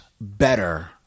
better